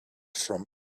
from